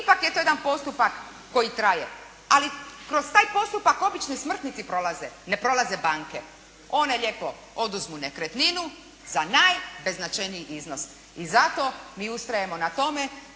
Ipak je to jedan postupak koji traje. Ali kroz taj postupak obični smrtnici prolaze, ne prolaze banke. One lijepo oduzmu nekretninu za najbeznačajniji iznos i zato mi ustrajemo na tome